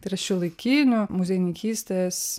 tai yra šiuolaikinių muziejininkystės